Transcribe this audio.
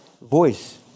voice